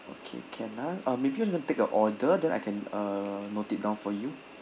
okay can ah uh maybe you want to take your order then I can uh note it down for you